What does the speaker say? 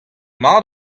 mat